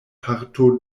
parto